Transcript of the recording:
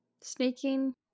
Sneaking